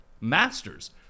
Masters